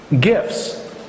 gifts